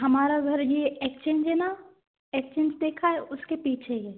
हमारा घर ये एक्सचेंज है ना एक्सचेंज देखा है उसके पीछे ही है